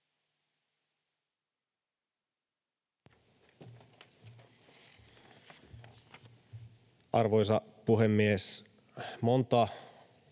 Arvoisa puhemies! Monta